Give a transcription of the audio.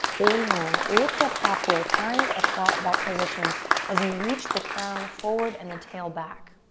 inhale, lift up halfway, find a flat back position as you reach the crown forward and the tail back.